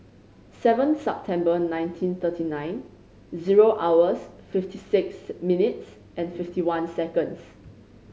seven Sepember nineteen thirty nine zero hours fifty six minutes and fifty one seconds